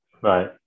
right